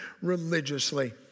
religiously